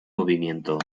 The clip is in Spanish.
movimiento